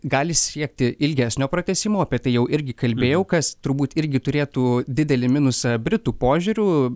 gali siekti ilgesnio pratęsimo apie tai jau irgi kalbėjau kas turbūt irgi turėtų didelį minusą britų požiūriu